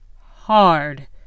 hard